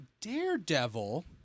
Daredevil